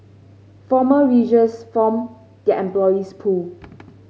former riggers form their employees pool